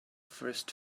first